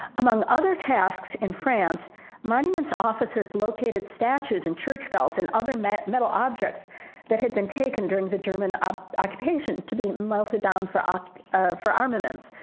among other tasks in france monuments officers located statutes and church bells and other metal metal objects that had been taken during the german um occupation to be melted down for um for armaments.